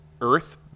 Earth